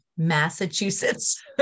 Massachusetts